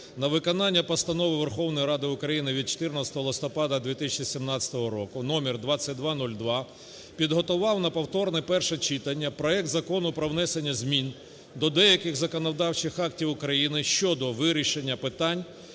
на виконання Постанови Верховної Ради України від 14 листопада 2017 року № 2202 підготував на повторне перше читання проект Закону про внесення змін до деяких законодавчих актів України щодо вирішення питання